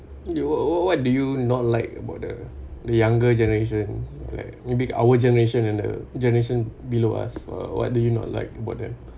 what what what do you not like about the the younger generation like maybe our generation and the generation below us uh what do you not like about them